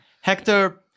Hector